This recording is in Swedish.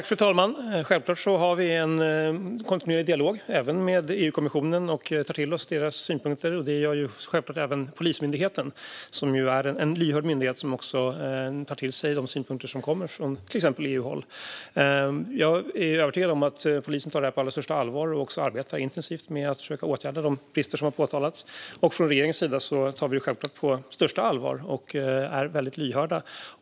Fru talman! Självklart har vi en kontinuerlig dialog även med EU-kommissionen. Vi tar till oss deras synpunkter, och det gör förstås även Polismyndigheten. Det är en lyhörd myndighet som tar till sig de synpunkter som kommer från till exempel EU-håll. Jag är övertygad om att polisen tar detta på allra största allvar och även arbetar intensivt med att försöka åtgärda de brister som har påtalats. Även från regeringens sida tar vi självklart detta på största allvar och är lyhörda.